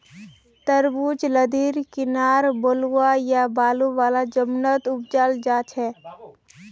तरबूज लद्दीर किनारअ बलुवा या बालू वाला जमीनत उपजाल जाछेक